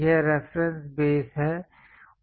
यह reference base है